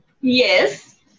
Yes